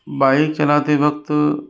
bike चलाते वक़्त